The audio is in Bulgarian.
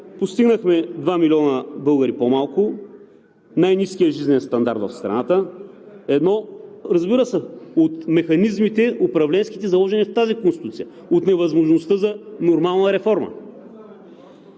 Постигнахме два милиона българи по-малко, най-ниският жизнен стандарт в страната. (Реплики.) Разбира се, от управленските механизми, заложени в тази Конституция, от невъзможността за нормална реформа.